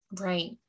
right